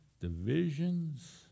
divisions